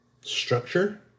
structure